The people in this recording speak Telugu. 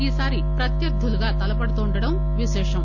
ఈసారి ప్రత్యర్థులుగా తలపడుతుండటం విశేషం